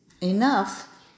Enough